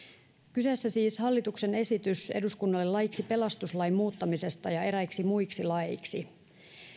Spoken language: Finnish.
kyseessä on siis hallituksen esitys eduskunnalle laiksi pelastuslain muuttamisesta ja eräiksi muiksi laeiksi